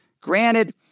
granted